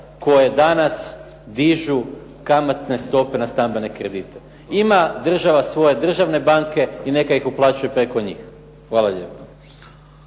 koje danas dižu kamatne stope na stambene kredite. Ima država svoje državne banke, i neka ih uplaćuje preko njih. Hvala lijepa.